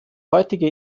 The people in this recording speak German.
heutige